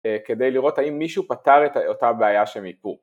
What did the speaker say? כדי לראות האם מישהו פתר את אותה הבעיה שמיפו